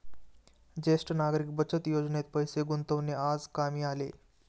ज्येष्ठ नागरिक बचत योजनेत पैसे गुंतवणे आज कामी आले